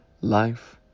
Life